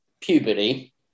puberty